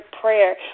prayer